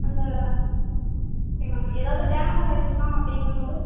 அன்னு okay ma'am ஏதாவுது damage ஆயிடுச்சுனா அப்படிங்கம் போது